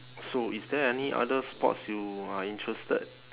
so is there any other sports you are interested